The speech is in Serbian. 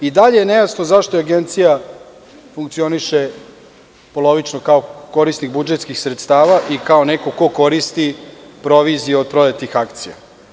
I dalje je nejasno zašto Agencija funkcioniše polovično kao korisnik budžetskih sredstava i kao neko ko koristi proviziju od prodatih akcija.